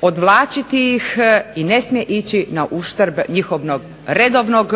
odvlačiti ih i ne smije ići na uštrb njihovog redovnog